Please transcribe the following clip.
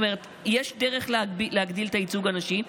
יש דרך להגדיל את הייצוג הנשי,